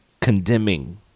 condemning